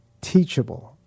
teachable